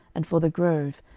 and for the grove,